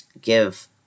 Give